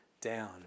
down